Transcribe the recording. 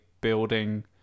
building